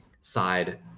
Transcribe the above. side